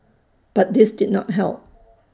but this did not help